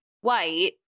white